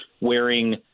wearing